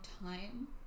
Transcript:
time